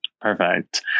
Perfect